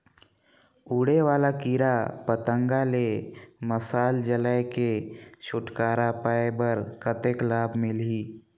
उड़े वाला कीरा पतंगा ले मशाल जलाय के छुटकारा पाय बर कतेक लाभ मिलही?